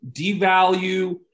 devalue